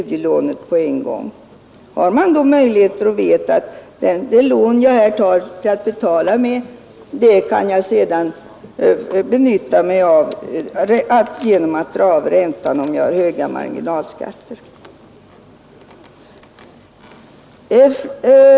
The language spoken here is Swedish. Det lån man tar för att betala med kan man sedan benytta sig av genom att dra av räntan och minska sina höga marginalskatter.